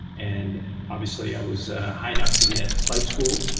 and obviously, i was high enough to get flight school.